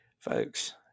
Folks